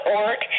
org